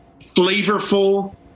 flavorful